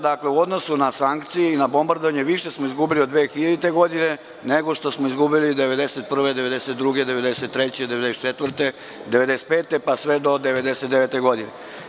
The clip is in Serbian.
Dakle, u odnosu na sankcije i na bombardovanje, više smo izgubili od 2000. godine nego što smo izgubili 1991, 1992, 1993, 1994, 1995. godine, pa sve do 1999. godine.